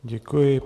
Děkuji.